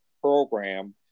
program